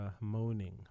moaning